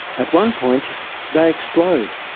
at one point they explode.